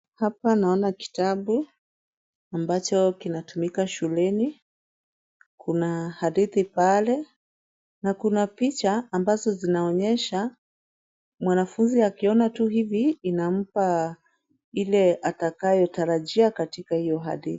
Hapa naona kitabu ambacho kinatumika shuleni. Kuna hadithi pale na kuna picha ambazo zinaonesha mwanafunzi akiona tu hivi inampa ile atakayotarajia katika iyo hadithi.